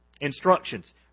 instructions